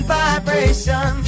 vibration